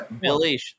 Billy